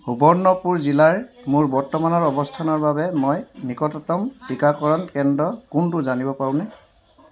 সুবৰ্ণপুৰ জিলাৰ মোৰ বৰ্তমানৰ অৱস্থানৰ বাবে মই নিকটতম টীকাকৰণ কেন্দ্ৰ কোনটো জানিব পাৰোঁনে